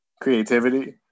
creativity